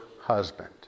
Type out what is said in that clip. husband